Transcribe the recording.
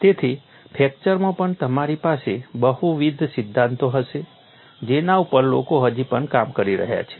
તેથી ફ્રેક્ચરમાં પણ તમારી પાસે બહુવિધ સિદ્ધાંતો હશે જેના ઉપર લોકો હજી પણ કામ કરી રહ્યા છે